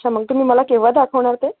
अच्छा मग तुम्ही मला केव्हा दाखवणार ते